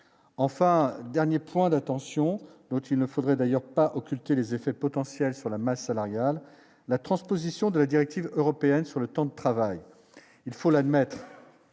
enfin dernier point d'attention dont il ne faudrait d'ailleurs pas occulter les effets potentiels sur la masse salariale, la transposition de la directive européenne sur le temps de travail, il faut l'admettre